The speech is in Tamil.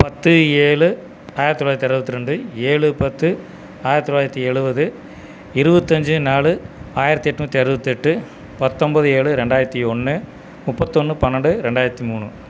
பத்து ஏழு ஆயிரத்தி தொள்ளாயிரத்தி அறுபத்ரெண்டு ஏழு பத்து ஆயிரத்தி தொள்ளாயிரத்தி எழுபது இருபத்தஞ்சி நாலு ஆயிரத்தி எட்நூத்தி அறுபத்தெட்டு பத்தொம்போது ஏழு ரெண்டாயிரத்தி ஒன்று முப்பத்தொன்று பன்னெண்டு ரெண்டாயிரத்தி மூணு